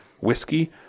whiskey